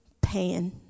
pan